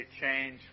change